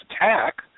attack